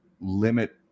limit